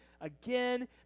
again